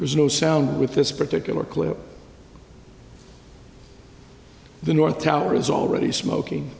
there's no sound with this particular clip the north tower is already smoking